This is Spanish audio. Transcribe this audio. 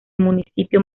municipio